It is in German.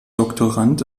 doktorand